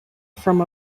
from